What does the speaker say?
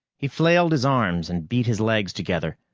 he flailed his arms and beat his legs together,